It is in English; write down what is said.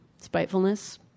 spitefulness